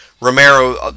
Romero